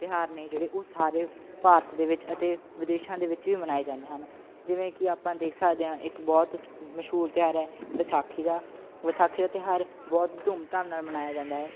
ਤਿਉਹਾਰ ਨੇ ਜਿਹੜੇ ਉਹ ਸਾਰੇ ਭਾਰਤ ਦੇ ਵਿੱਚ ਅਤੇ ਵਿਦੇਸ਼ਾਂ ਦੇ ਵਿੱਚ ਵੀ ਮਨਾਏ ਜਾਂਦੇ ਹਨ ਜਿਵੇਂ ਕਿ ਆਪਾਂ ਦੇਖ ਸਕਦੇ ਹਾਂ ਇੱਕ ਬਹੁਤ ਮਸ਼ਹੂਰ ਤਿਉਹਾਰ ਹੈ ਵਿਸਾਖੀ ਦਾ ਵਿਸਾਖੀ ਦਾ ਤਿਉਹਾਰ ਬਹੁਤ ਹੀ ਧੂਮ ਧਾਮ ਨਾਲ ਮਨਾਇਆ ਜਾਂਦਾ ਹੈ